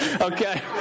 Okay